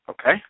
okay